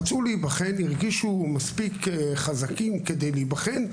רצו להיבחן והרגישו מספיק חזקים כדי להיבחן,